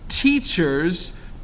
teachers